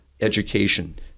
education